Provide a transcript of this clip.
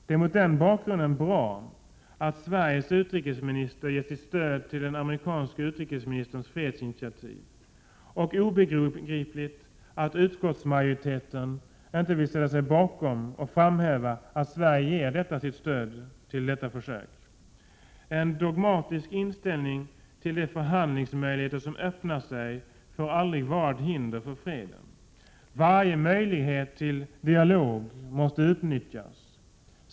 Det är mot den bakgrunden bra att Sveriges utrikesminister gett sitt stöd till den amerikanske utrikesministerns fredsinitiativ och obegripligt att utskottsmajoriteten inte ville ställa sig bakom och framhäva att Sverige ger sitt stöd till detta försök. En dogmatisk inställning till de förhandlingsmöjligheter som öppnar sig får aldrig vara ett hinder för freden. Varje möjlighet till dialog måste utnyttjas.